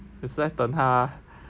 也是在等他